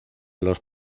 los